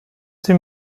sie